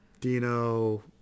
Dino